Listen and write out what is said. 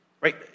right